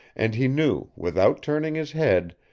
and he knew, without turning his head,